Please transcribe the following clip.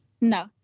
No